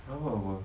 rabak apa